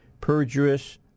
perjurious